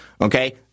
Okay